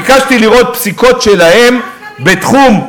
ביקשתי לראות פסיקות שלהם בתחום,